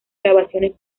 grabaciones